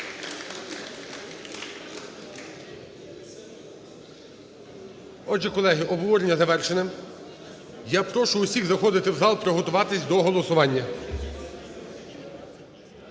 Отже, колеги. обговорення завершене. Я прошу усіх заходити в зал, приготуватися до голосування.